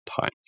time